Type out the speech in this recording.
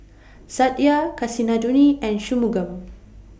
Satya Kasinadhuni and Shunmugam